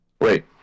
Wait